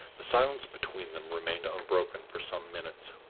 the silence between them remained unbroken for some minutes.